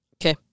Okay